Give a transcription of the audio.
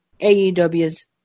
AEW's